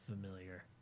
familiar